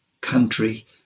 country